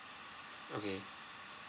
okay